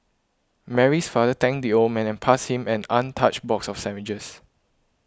Mary's father thanked the old man and passed him an untouched box of sandwiches